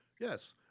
Yes